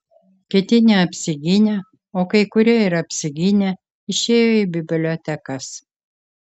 kiti neapsigynę o kai kurie ir apsigynę išėjo į bibliotekas